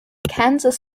kansas